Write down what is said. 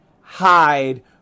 hide